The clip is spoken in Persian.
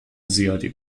زیادی